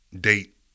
date